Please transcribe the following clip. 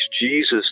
Jesus